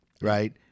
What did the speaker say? right